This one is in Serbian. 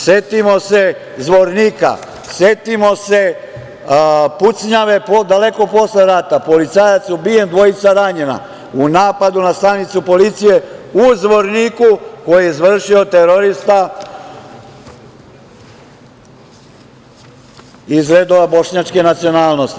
Setimo se Zvornika, setimo se pucnjave daleko posle rata, policajac ubijen, dvojica ranjena u napadu na stanicu policije u Zvorniku, koji je izvršio terorista iz redova bošnjačke nacionalnosti.